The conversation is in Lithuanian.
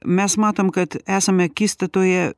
mes matom kad esam akistatoje